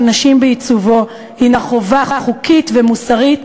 נשים בעיצובו הן חובה חוקית ומוסרית,